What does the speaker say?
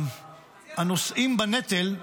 הנושאים בנטל,